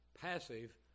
passive